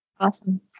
Awesome